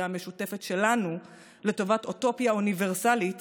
המשותפת שלנו לטובת אוטופיה אוניברסלית